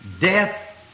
death